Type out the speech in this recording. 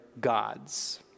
God's